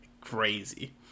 Crazy